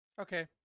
Okay